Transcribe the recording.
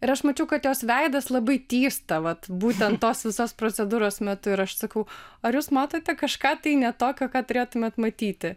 ir aš mačiau kad jos veidas labai tįsta vat būtent tos visos procedūros metu ir aš sakau ar jūs matote kažką tai ne tokio ką turėtumėt matyti